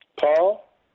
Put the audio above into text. Paul